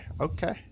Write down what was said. Okay